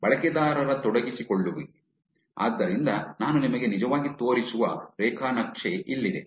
ಬಳಕೆದಾರರ ತೊಡಗಿಸಿಕೊಳ್ಳುವಿಕೆ ಆದ್ದರಿಂದ ನಾನು ನಿಮಗೆ ನಿಜವಾಗಿ ತೋರಿಸುವ ರೇಖಾ ನಕ್ಷೆ ಇಲ್ಲಿದೆ